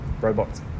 Robots